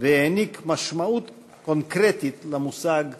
והעניק משמעות קונקרטית למושג חזון.